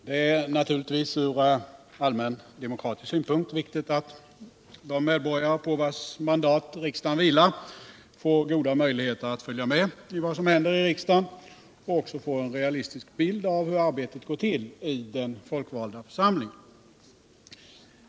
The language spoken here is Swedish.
Herr talman! Det är naturligtvis från allmän demokratisk synpunkt viktigt att de medborgare på vilkas mandat riksdagen vilar får goda möjligheter att följa med i vad som händer i riksdagen och också får en realistisk bild av hur arbetet går till i den folkvalda församlingen.